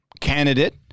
candidate